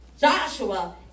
Joshua